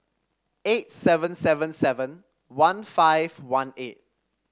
eight seven seven seven one five one eight